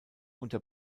unter